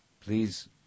Please